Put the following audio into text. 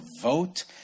vote